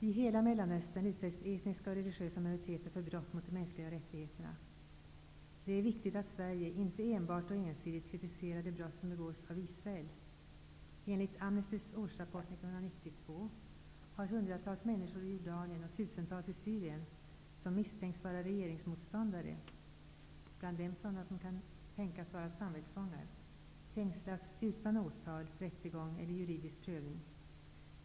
I hela Mellanöstern utsätts etniska och religiösa minoriteter för brott mot de mänskliga rättigheterna. Det är viktigt att Sverige inte enbart och ensidigt kritiserar de brott som begås av Israel. Enligt Amnestys årsrapport 1992 har hundratals människor i Jordanien och tusentals i Syrien som misstänkts vara regeringsmotståndare, bland dem sådana som kan tänkas vara samvetsfångar, fängslats utan åtal, rättegång eller juridisk prövning.